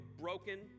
broken